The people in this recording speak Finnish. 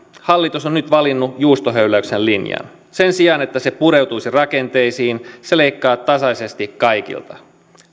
hallitus on nyt valinnut juustohöyläyksen linjan sen sijaan että se pureutuisi rakenteisiin se leikkaa tasaisesti kaikilta